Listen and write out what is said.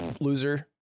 Loser